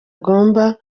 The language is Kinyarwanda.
agomba